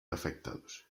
afectados